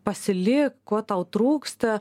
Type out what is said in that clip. pasilik ko tau trūksta